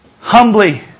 humbly